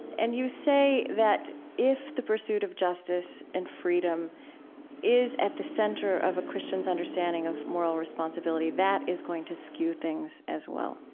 and you say that if the pursuit of justice and freedom is at the center of a christian's understanding of moral responsibility, that is going to skew things as well